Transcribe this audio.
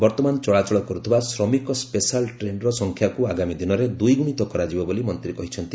ବର୍ତ୍ତମାନ ଚଳାଚଳ କରୁଥିବା ଶ୍ରମିକ ସ୍କେଶାଲ ଟ୍ରେନ୍ର ସଂଖ୍ୟାକୁ ଆଗାମୀ ଦିନରେ ଦ୍ୱିଗୁଣିତ କରାଯିବ ବୋଲି ମନ୍ତ୍ରୀ କହିଛନ୍ତି